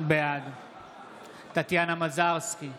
בעד טטיאנה מזרסקי,